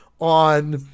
on